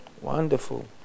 Wonderful